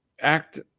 act